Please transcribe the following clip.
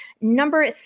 number